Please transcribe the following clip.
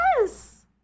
Yes